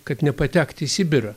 kad nepatekt į sibirą